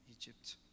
Egypt